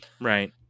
right